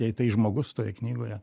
jei tai žmogus toje knygoje